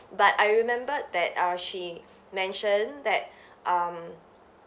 but I remembered that uh she mention that um